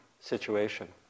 situation